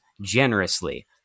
generously